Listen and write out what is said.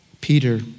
Peter